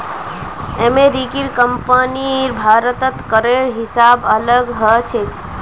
अमेरिकी कंपनीर भारतत करेर हिसाब अलग ह छेक